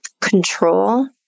control